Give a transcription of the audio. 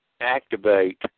activate